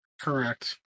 correct